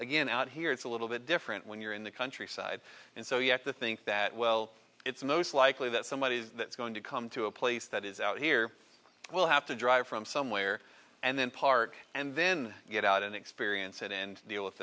again out here it's a little bit different when you're in the countryside and so you have to think that well it's most likely that somebody that's going to come to a place that is out here will have to drive from somewhere and then park and then get out and experience it and deal with